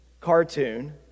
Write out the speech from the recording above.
cartoon